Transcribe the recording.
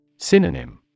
Synonym